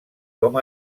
com